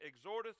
exhorteth